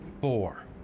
four